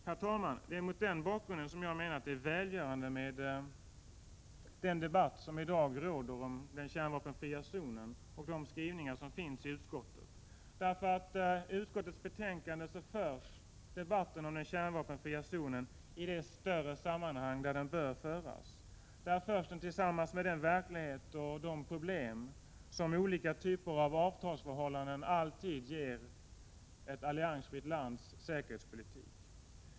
Herr talman, det är mot den bakgrunden som jag menar att det är välgörande med den debatt som i dag råder om den kärnvapenfria zonen och de skrivningar som finns i utskottets betänkande. I utskottets betänkande förs debatten om den kärnvapenfria zonen i det större sammanhang där den bör föras. Där förs den tillsammans med den verklighet och de problem som olika typer av avtalsförhållanden alltid ger när det gäller ett alliansfritt lands säkerhetspolitik.